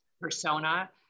persona